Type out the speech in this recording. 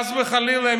חס וחלילה,